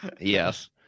Yes